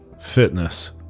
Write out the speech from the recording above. fitness